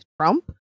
Trump